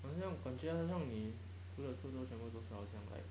好像感觉好像你除了书都全部是好像 like